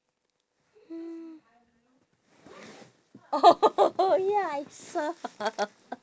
hmm oh ya I saw